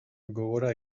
gogora